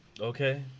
Okay